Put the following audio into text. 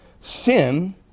sin